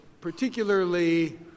particularly